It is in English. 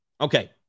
Okay